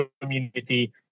community